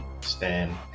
stand